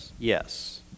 Yes